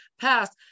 passed